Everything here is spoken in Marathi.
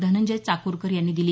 धनंजय चाकूरकर यांनी दिली